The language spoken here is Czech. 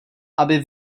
aby